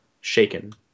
shaken